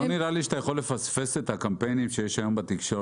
לא נראה לי שאתה יכול לפספס את הקמפיינים שיש היום בתקשורת.